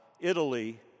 Italy